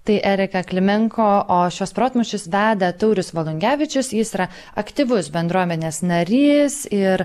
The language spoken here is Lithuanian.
tai erika klimenko o šiuos protmūšius veda taurius valungevičius jis yra aktyvus bendruomenės narys ir